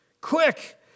quick